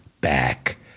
back